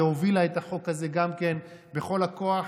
שהובילה את החוק הזה גם כן בכל הכוח,